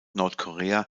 nordkorea